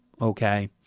okay